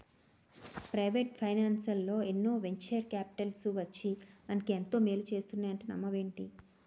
Private ఫైనాన్సల్లో ఎన్నో venture కాపిటల్లు వచ్చి మనకు ఎంతో మేలు చేస్తున్నాయంటే నమ్మవేంటి?